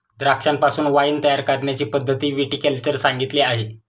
द्राक्षांपासून वाइन तयार करण्याची पद्धतही विटी कल्चर सांगितली आहे